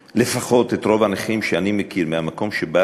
לפחות לגבי רוב הנכים שאני מכיר, מהמקום שבאתי,